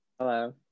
Hello